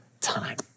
time